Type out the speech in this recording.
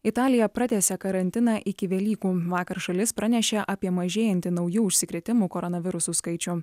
italija pratęsė karantiną iki velykų vakar šalis pranešė apie mažėjantį naujų užsikrėtimų koronavirusu skaičių